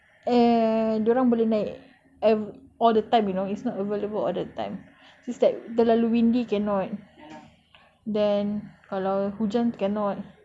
err dia orang boleh naik ever~ all the time you know it's not available all the time it's like terlalu windy cannot then kalau hujan cannot